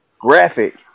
graphic